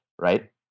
right